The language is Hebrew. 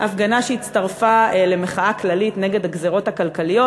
והפגנה שהצטרפה למחאה כללית נגד הגזירות הכלכליות,